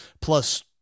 plus